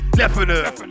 definite